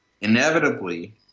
inevitably